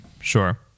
Sure